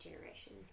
generation